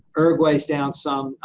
uruguay is down some,